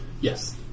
Yes